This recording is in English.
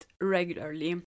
regularly